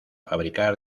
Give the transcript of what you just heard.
fabricar